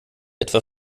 etwa